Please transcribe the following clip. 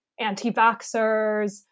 anti-vaxxers